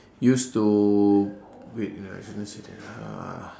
used to wait wait I cannot say that ah